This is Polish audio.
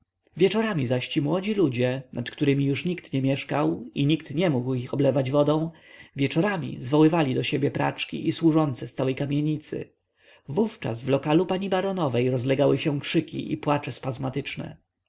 wieczorami zaś ci młodzi ludzie nad którymi już nikt nie mieszkał i nikt nie mógł ich oblewać wodą wieczorami zwoływali do siebie praczki i służące z całej kamienicy wówczas w lokalu pani baronowej rozlegały się krzyki i płacze